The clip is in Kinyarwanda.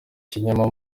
ikinyoma